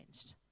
changed